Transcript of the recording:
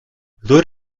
kdor